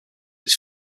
its